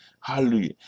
hallelujah